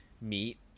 meet